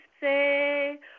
say